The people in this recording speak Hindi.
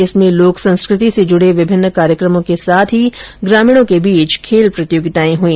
इसमें लोक संस्कृति से जुडे विभिन्न कार्यक्रमों के साथ ग्रामीणों के बीच खेल प्रतियोगिताएं आयोजित हई